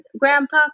grandpa